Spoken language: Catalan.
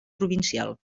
provincial